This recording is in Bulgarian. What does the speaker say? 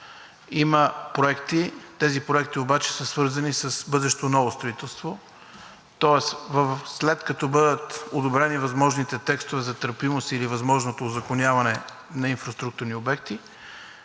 Има проекти. Тези проекти обаче са свързани с бъдещо ново строителство. Тоест след като бъдат одобрени възможните текстове за търпимост или възможното узаконяване на инфраструктурни обекти,